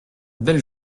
belle